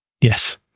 Yes